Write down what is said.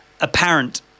apparent